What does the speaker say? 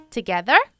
Together